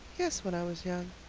yes, when i was young.